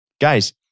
Guys